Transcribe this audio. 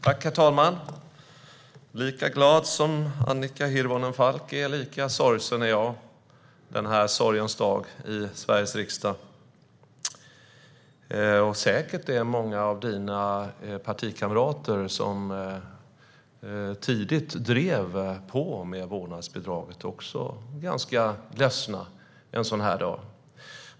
Herr talman! Lika glad som Annika Hirvonen Falk är, lika sorgsen är jag denna sorgens dag i Sveriges riksdag. Säkert är också många av dina partikamrater, som tidigt drev på för vårdnadsbidraget, ganska ledsna en sådan här dag.